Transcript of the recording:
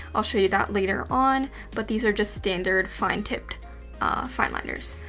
i'll show you that later on, but these are just standard fine-tipped fineliners.